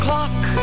Clock